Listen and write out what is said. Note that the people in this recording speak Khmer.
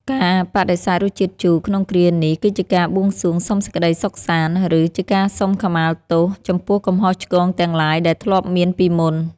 ការបដិសេធរសជាតិជូរក្នុងគ្រានេះគឺជាការបួងសួងសុំសេចក្តីសុខសាន្ត ឬ ជាការសុំខមាលទោសចំពោះកំហុសឆ្គងទាំងឡាយដែលធ្លាប់មានពីមុន។